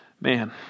Man